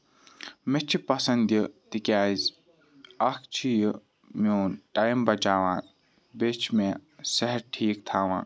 مےٚ چھِ پَسند یہِ تِکیازِ اکھ چھُ یہِ میون ٹایم بَچاوان بیٚیہِ چھُ مےٚ صحت ٹھیٖک تھاوان